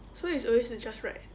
so it's always to just write